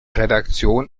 redaktion